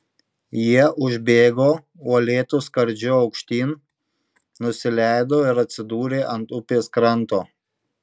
jie užbėgo uolėtu skardžiu aukštyn nusileido ir atsidūrė ant upės kranto